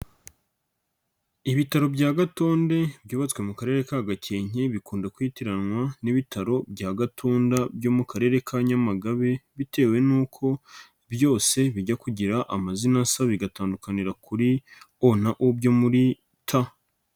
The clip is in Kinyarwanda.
Ibitaro bya Gatonde byubatswe mu karere ka Gakenke bikunda kwitiranwa n'ibitaro bya Gatunda byo mu karere ka Nyamagabe, bitewe n'uko byose bijya kugira amazina asa bigatandukanira kuri o na u byo muri t.